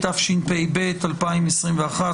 התשפ"ב-2021,